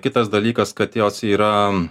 kitas dalykas kad jos yra